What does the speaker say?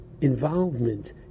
involvement